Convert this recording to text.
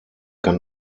kann